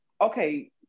okay